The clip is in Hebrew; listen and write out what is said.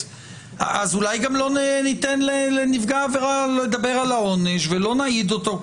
אולי גם לא ניתן לנפגע העבירה לדבר על העונש ולא נעיד אותו,